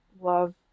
love